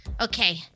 Okay